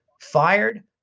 fired